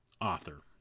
author